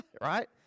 Right